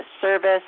service